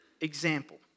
example